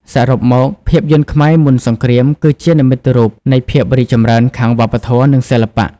សរុបមក ភាពយន្តខ្មែរមុនសង្គ្រាមគឺជានិមិត្តរូបនៃភាពរីកចម្រើនខាងវប្បធម៌ និងសិល្បៈ។